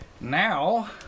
now